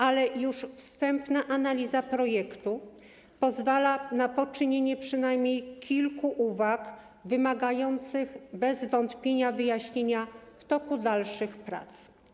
Ale już wstępna analiza projektu pozwala na poczynienie przynajmniej kilku uwag wymagających bez wątpienia wyjaśnienia w toku dalszych prac.